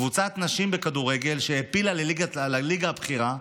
קבוצת הנשים בכדורגל, שהעפילה לליגה הבכירה,